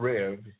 Rev